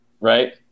right